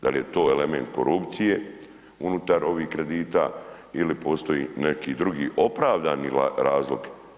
Da li je to element korupcije unutar ovih kredita ili postoji neki drugi opravdani razlog?